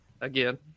again